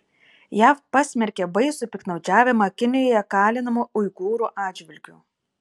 jav pasmerkė baisų piktnaudžiavimą kinijoje kalinamų uigūrų atžvilgiu